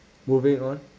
moving on